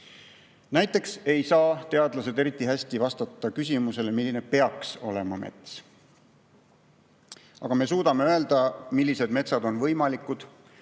vastata. Näiteks ei saa teadlased eriti hästi vastata küsimusele, milline peaks mets olema. Aga me suudame öelda, millised metsad on võimalikud